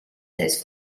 thèse